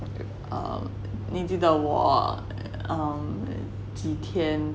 err 你记得 um 我几天